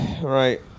right